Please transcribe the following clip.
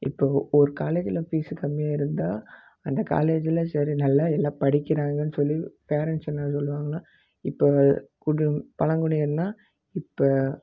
இப்போது ஒரு காலேஜில் ஃபீஸு கம்மியாக இருந்தால் அந்த காலேஜில் சரி நல்லா எல்லாம் படிக்கிறாங்கன்னு சொல்லி பேரண்ட்ஸ் என்ன சொல்லுவாங்கன்னால் இப்போ குடு பழங்குடியெல்லாம் இப்போ